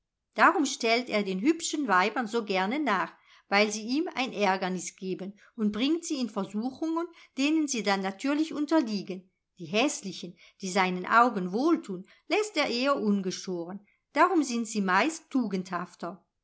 darum stellt er den hübschen weibern so gerne nach weil sie ihm ein ärgernis geben und bringt sie in versuchungen denen sie dann natürlich unterliegen die häßlichen die seinen augen wohltun läßt er eher ungeschoren darum sind sie meist tugendhafter